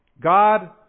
God